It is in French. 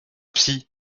psy